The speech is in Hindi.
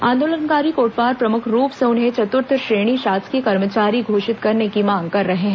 आंदोलनकारी कोटवार प्रमुख रूप से उन्हें चतुर्थ श्रेणी शासकीय कर्मचारी घोषित करने की मांग कर रहे हैं